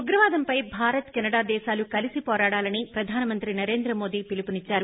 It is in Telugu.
ఉగ్రవాదం పై భారత్ కెనడా దేశాలు కలిసి పోరాడాలని ప్రధానమంత్రి నరేంద్ర మోడీ పిలుపునిచ్చారు